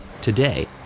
Today